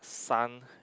sun